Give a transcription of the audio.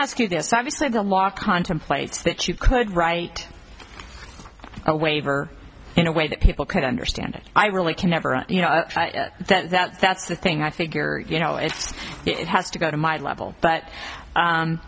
ask you this obviously the law contemplates that you could write a waiver in a way that people could understand it i really can never you know that that's the thing i figure you know if it has to go to my level but